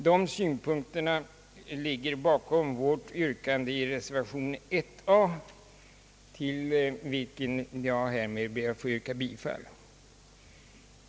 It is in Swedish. |" Dessa synpunkter ligger bakom vårt yrkande i reservation 1 a, till vilken jag härmed ber att få yrka bifall.